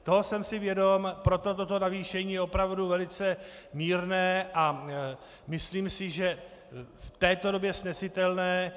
Toho jsem si vědom, proto je toto navýšení opravdu velice mírné a myslím si, že v této době snesitelné.